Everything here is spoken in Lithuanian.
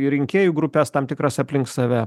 į rinkėjų grupes tam tikras aplink save